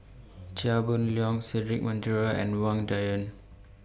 Chia Boon Leong Cedric Monteiro and Wang Dayuan